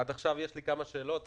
עד עכשיו יש לי כמה שאלות.